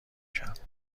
کرد